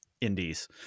indies